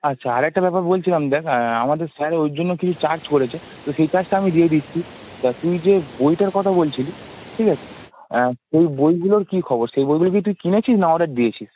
আচ্ছা আর একটা ব্যাপার বলছিলাম দেখ আমাদের স্যার ওর জন্য কিছু চার্জ করেছে তো সেই চার্জটা আমি দিয়ে দিচ্ছি তা তুই যে বইটার কথা বলছিলি ঠিক আছে সেই বইগুলোর কী খবর সেই বইগুলো কি তুই কিনেছিস না অর্ডার দিয়েছিস